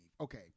Okay